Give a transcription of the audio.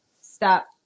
Stop